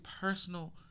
personal